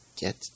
get